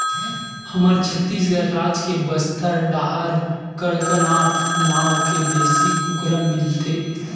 हमर छत्तीसगढ़ राज के बस्तर डाहर कड़कनाथ नाँव के देसी कुकरा मिलथे